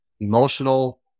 emotional